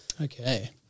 Okay